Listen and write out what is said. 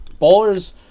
Ballers